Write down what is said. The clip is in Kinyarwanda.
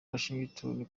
washington